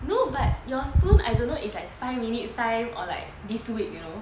no but your soon I don't know it's like five minutes time or like this week you know